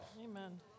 Amen